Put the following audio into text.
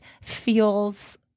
feels